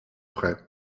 près